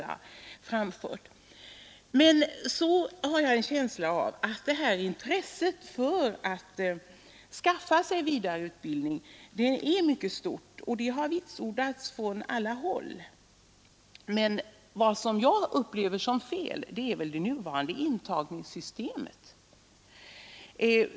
Jag har en känsla av att intresset att skaffa sig vidareutbildning är mycket stort. Det har vitsordats från många håll. Det jag upplever som fel är det nuvarande intagningssystemet.